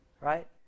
Right